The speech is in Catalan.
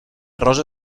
rosa